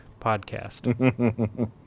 podcast